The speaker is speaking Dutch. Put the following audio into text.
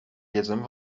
gsm